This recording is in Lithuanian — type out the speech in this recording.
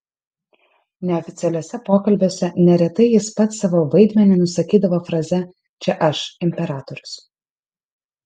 neoficialiuose pokalbiuose neretai jis pats savo vaidmenį nusakydavo fraze čia aš imperatorius